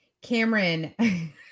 Cameron